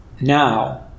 now